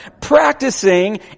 practicing